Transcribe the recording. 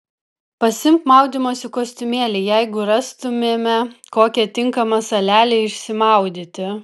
pasiimk maudymosi kostiumėlį jeigu rastumėme kokią tinkamą salelę išsimaudyti